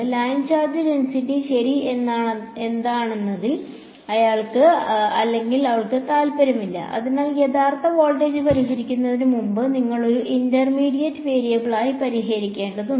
line charge density ശരി എന്താണെന്നതിൽ അയാൾക്ക് അല്ലെങ്കിൽ അവൾക്ക് താൽപ്പര്യമില്ല അതിനാൽ യഥാർത്ഥ വോൾട്ടേജ് പരിഹരിക്കുന്നതിന് മുമ്പ് നിങ്ങൾ ഒരു ഇന്റർമീഡിയറ്റ് വേരിയബിളിനായി പരിഹരിക്കേണ്ടതുണ്ട്